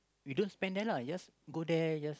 you don't spend there lah just go there just